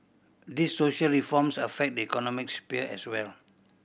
these social reforms affect the economic sphere as well